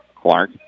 Clark